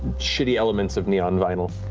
shitty elements of neon vinyl.